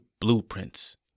blueprints